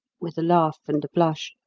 with a laugh and a blush,